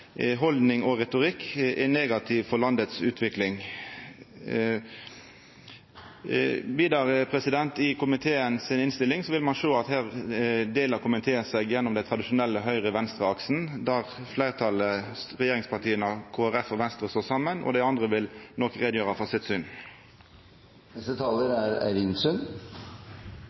haldning og retorikk – er negativ for utviklinga i landet. Vidare vil ein i innstillinga frå komiteen sjå at her deler komiteen seg gjennom den tradisjonelle høgre–venstre-aksen, der fleirtalet – regjeringspartia og Kristeleg Folkeparti og Venstre – står saman. Dei andre vil nok gjera greie for sitt syn. Offentlig sektor er